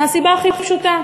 מהסיבה הכי פשוטה: